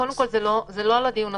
זה לא נוגע לדיון עכשיו,